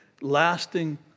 lasting